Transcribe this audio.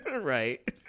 right